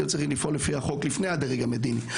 אתם צריכים לפעול לפי החוק לפני הדרג המדיני.